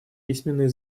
письменные